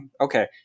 okay